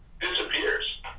disappears